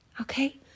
Okay